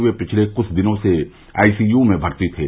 वे पिछले कुछ दिनों से आईसीयू में भर्ती थे